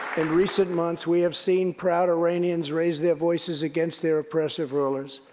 in recent months, we have seen proud iranians raise their voices against their oppressive rulers.